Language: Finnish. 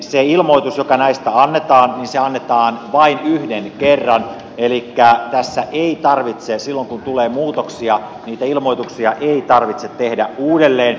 se ilmoitus joka näistä annetaan annetaan vain yhden kerran elikkä tässä ei tarvitse silloin kun tulee muutoksia niitä ilmoituksia tehdä uudelleen